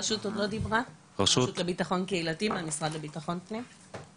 רשות הביטחון הקיבלתי במשרד לביטחון פנים עוד לא דיברה.